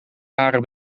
jaren